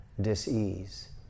dis-ease